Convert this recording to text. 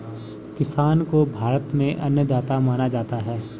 किसान को भारत में अन्नदाता माना जाता है